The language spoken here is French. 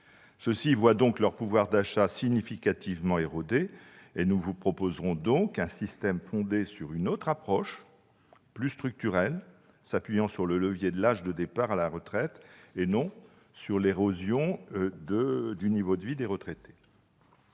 Ceux-ci voient donc leur pouvoir d'achat significativement s'éroder. Nous proposerons donc un système fondé sur une autre approche, plus structurelle, privilégiant le levier de l'âge de départ à la retraite, plutôt que l'érosion du niveau de vie des retraités.